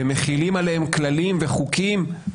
ומחילים עליהם כללים וחוקים,